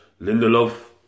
Lindelof